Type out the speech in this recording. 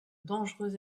dangereux